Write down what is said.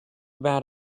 bad